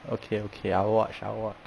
okay okay I'll watch I'll watch